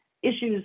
Issues